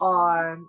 on